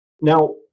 Now